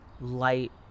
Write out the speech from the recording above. light